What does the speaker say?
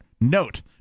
Note